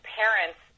parents